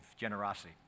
generosity